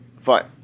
Fine